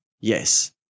yes